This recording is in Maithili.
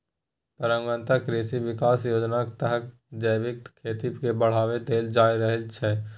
परंपरागत कृषि बिकास योजनाक तहत जैबिक खेती केँ बढ़ावा देल जा रहल छै